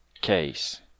case